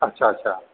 अच्छा अच्छा